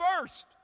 first